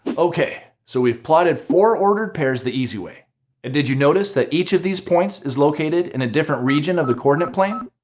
okay, so we've plotted four ordered pairs the easy way, and did you notice that each of these points is located in a different region of the coordinate place.